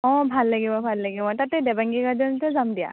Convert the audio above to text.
অঁ ভাল লাগিব ভাল লাগিব তাতে দেবাংগী গাৰ্ডেনতে যাম দিয়া